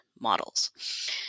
models